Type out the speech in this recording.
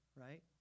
right